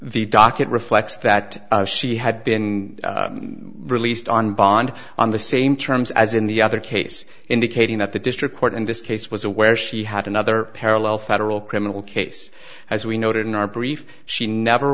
the docket flecks that she had been released on bond on the same terms as in the other case indicating that the district court in this case was aware she had another parallel federal criminal case as we noted in our brief she never